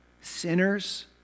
sinners